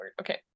Okay